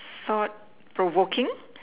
sort provoking